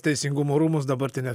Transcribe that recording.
teisingumo rūmus dabartinę